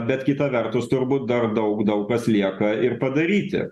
bet kita vertus turbūt dar daug daug kas lieka ir padaryti